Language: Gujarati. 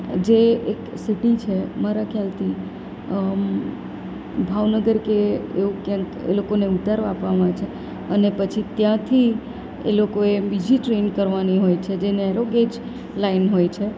જે એક સીટી છે મારા ખ્યાલથી ભાવનગર કે એવું ક્યાંક એ લોકોને ઉતારો આપવામાં આવે છે અને પછી ત્યાંથી એ લોકોએ બીજી ટ્રેન કરવાની હોય છે જે નેરોગેજ લાઇન હોય છે